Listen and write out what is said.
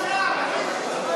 הצבעה עכשיו?